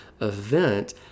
event